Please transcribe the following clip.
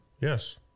yes